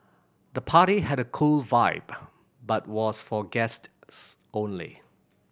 the party had a cool vibe but was for guests only